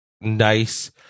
nice